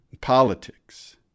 politics